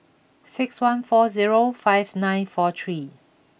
six one four zero five nine four three